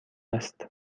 است